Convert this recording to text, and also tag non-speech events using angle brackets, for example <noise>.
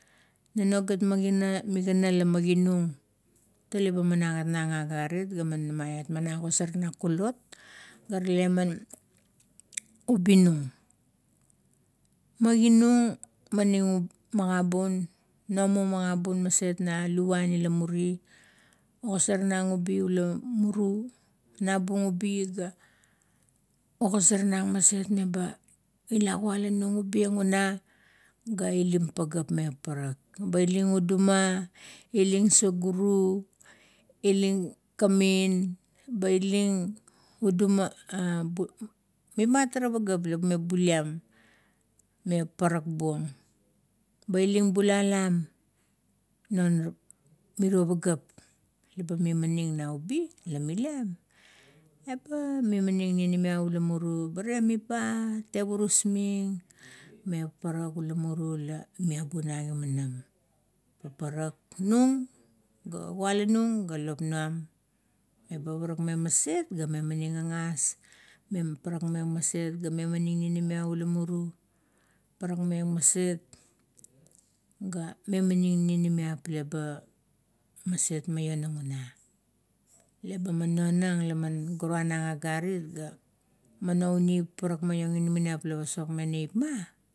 Nunuo gat magana, migana la maginung, tale ba man agat nang garit, gaman agosornung kulot, ga rale man ubi nung. Maginung maning magabun, nojung magabun maset na luvan i la muri. Ogasar nung ubi ula muru, nabung ubi ga ogasar nung maset meba ila kualanung ubi ang una, ga ilim pagam, me paparak. Ilin uduma ilin saguru, ilin kamin ba ilin udum, <hesitation> mitmat tara pagap la mime buliam me paparak buong. Ba ilin bulalam non miro pagap. Leba mimanim nau ubi la miliam, eba mimanim ninimiap ula muru. Ba temiba ba tevurus ming me paparak ula muru la miabu na gimanam, paparak nung ga kualanung, galop num, leba parakmeng maset. Ga memaning gagas, eba parakming ga memaning ninimiap ula muru. Parakmeng maset ga memaning ninimiap leba maset maiong ura. Leba man nonang gaman guranang agarit ouni paparak maiong inamanip mila pasokmeng neipma.